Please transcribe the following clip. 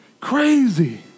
crazy